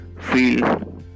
feel